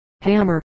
hammer